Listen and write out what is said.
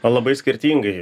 labai skirtingai